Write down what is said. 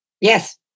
Yes